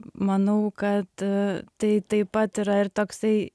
manau kad tai taip pat yra ir toksai